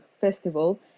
festival